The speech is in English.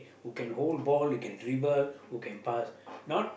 who can hold ball who can dribble who can pass not